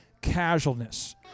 casualness